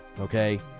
okay